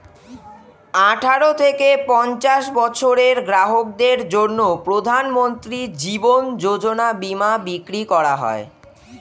আঠারো থেকে পঞ্চাশ বছরের গ্রাহকদের জন্য প্রধানমন্ত্রী জীবন যোজনা বীমা বিক্রি করা হয়